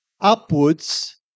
upwards